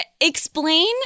explain